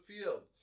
field